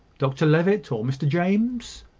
dr levitt, or mr james?